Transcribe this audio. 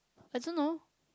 I don't know